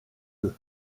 eux